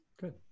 good